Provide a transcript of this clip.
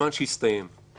שהסתיימה